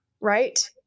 right